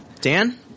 Dan